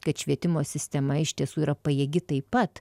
kad švietimo sistema iš tiesų yra pajėgi taip pat